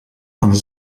van